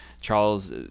Charles